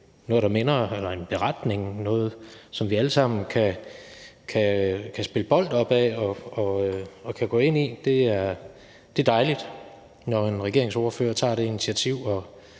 lave et udkast til en beretning, noget, som vi alle sammen kan spille bold op ad og kan gå ind i. Det er dejligt, når en regeringsordfører tager det initiativ